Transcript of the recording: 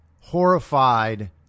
horrified